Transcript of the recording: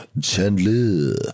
Chandler